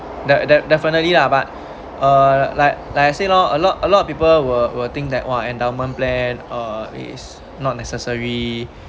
de~ de~ definitely lah but uh like like I said loh a lot a lot of people were were think that !wah! endowment plan uh it is not necessary